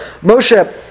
Moshe